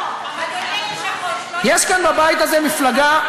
אדוני היושב-ראש, יפגע, יש כאן בבית הזה מפלגה,